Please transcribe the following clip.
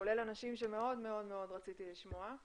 כולל אנשים שמאוד מאוד מאוד רציתי לשמוע.